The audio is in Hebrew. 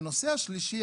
והנושא השלישי,